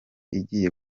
igiye